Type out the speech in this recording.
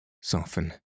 soften